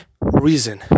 reason